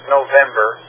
November